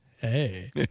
Hey